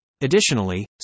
Additionally